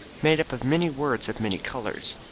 made up of many words of many colors.